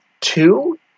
two